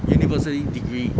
university degree